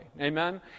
Amen